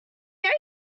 only